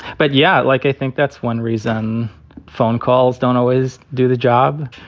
but yeah, like i think that's one reason phone calls don't always do the job.